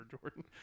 Jordan